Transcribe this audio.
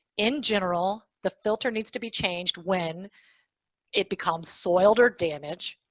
in general, the filter needs to be changed when it becomes soiled or damaged,